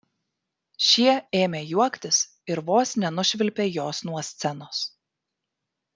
šie ėmė juoktis ir vos nenušvilpė jos nuo scenos